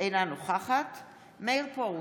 אינה נוכחת מאיר פרוש,